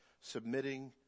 submitting